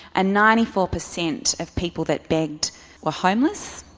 and ninety four percent of people that begged were homeless.